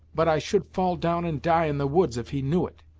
but i should fall down and die in the woods, if he knew it!